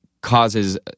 causes